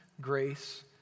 grace